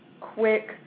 quick